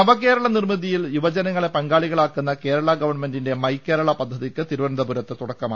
നവകേരള നിർമിതിയിൽ യുവജനങ്ങളെ പങ്കാളികളാക്കുന്ന കേരള ഗവൺ മെന്റിന്റെ മൈ കേരള പദ്ധതിക്ക് തിരുവനന്തപുരത്ത് തുടക്കമായി